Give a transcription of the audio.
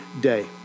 day